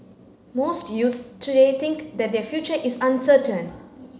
most youths today think that their future is uncertain